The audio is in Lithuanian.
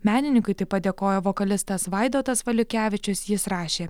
menininkui taip pat dėkojo vokalistas vaidotas valiukevičius jis rašė